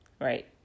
Right